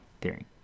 theory